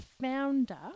founder